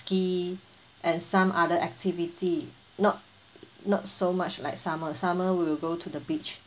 ski and some other activity not not so much like summer summer we'll go to the beach